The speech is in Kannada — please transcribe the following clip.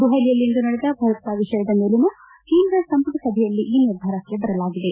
ದೆಹಲಿಯಲ್ಲಿಂದು ನಡೆದ ಭದ್ರತಾ ವಿಷಯದ ಮೇಲಿನ ಕೇಂದ್ರ ಸಂಮಟ ಸಭೆಯಲ್ಲಿ ಈ ನಿರ್ಧಾರಕ್ಕೆ ಬರಲಾಗಿದೆ